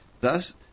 Thus